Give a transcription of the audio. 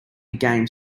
game